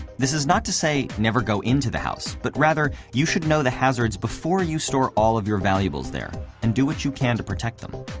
this is not to say never go into the house, but rather, you should know the hazards before you store all of your valuables there and do what you can to protect them.